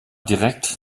direkt